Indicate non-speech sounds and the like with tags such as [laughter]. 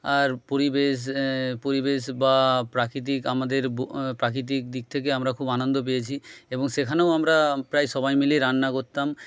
আর পরিবেশ পরিবেশ বা প্রাকৃতিক আমাদের [unintelligible] প্রাকৃতিক দিক থেকে আমরা খুব আনন্দ পেয়েছি এবং সেখানেও আমরা প্রায় সবাই মিলে রান্না করতাম